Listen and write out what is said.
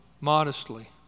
modestly